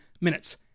minutes